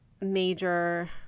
major